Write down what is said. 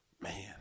Man